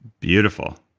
beautiful.